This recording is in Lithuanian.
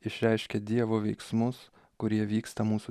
išreiškia dievo veiksmus kurie vyksta mūsų